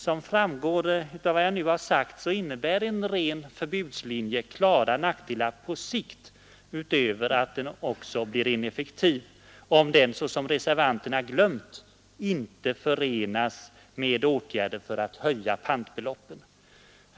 Som framgår innebär en ren förbudslinje klara nackdelar på sikt utöver att den blir ineffektiv om den, vilket reservanterna glömt, inte förenas med åtgärder för att höja pantbeloppet.